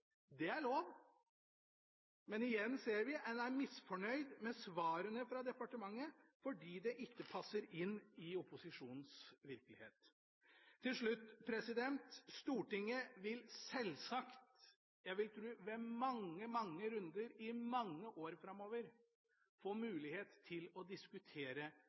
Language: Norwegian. det er lov. Men igjen ser vi at en er misfornøyd med svarene fra departementet fordi de ikke passer inn i opposisjonens virkelighet. Til slutt: Stortinget vil sjølsagt – jeg vil tru i mange, mange runder, i mange år framover – få mulighet til å diskutere